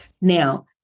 Now